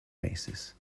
basis